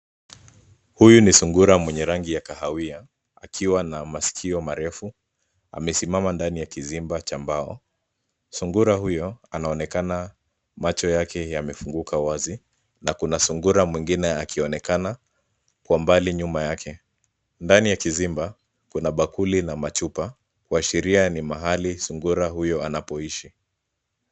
Huyu ni sungura mwenye rangi ya kahawia akiwa na maskio marefu amesimama akiwa kizimba cha mbao. Sungura huyo anaonekana macho yake yamefunguka wazi na kuna sungura mwingine akionekana kwa mbali nyuma yake. Ndani ya kizimba kuna bakuli na machupa kuashiria ni mahali sungura huyo anapoishi.